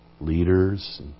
Leaders